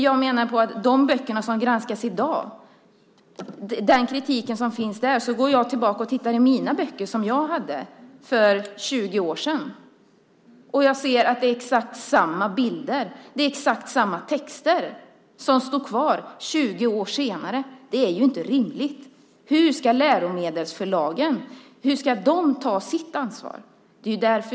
Jag kan gå tillbaka och titta i de böcker som jag hade för 20 år sedan och ser då att det är exakt samma bilder och exakt samma texter som står kvar 20 år senare. Det är inte rimligt. Hur ska läromedelsförlagen ta sitt ansvar?